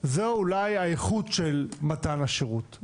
זה אולי האיכות של מתן השירות,